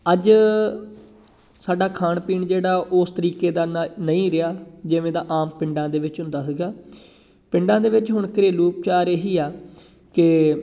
ਅੱਜ ਸਾਡਾ ਖਾਣ ਪੀਣ ਜਿਹੜਾ ਉਸ ਤਰੀਕੇ ਦਾ ਨ ਨਹੀਂ ਰਿਹਾ ਜਿਵੇਂ ਦਾ ਆਮ ਪਿੰਡਾਂ ਦੇ ਵਿੱਚ ਹੁੰਦਾ ਸੀਗਾ ਪਿੰਡਾਂ ਦੇ ਵਿੱਚ ਹੁਣ ਘਰੇਲੂ ਉਪਚਾਰ ਇਹੀ ਆ ਕਿ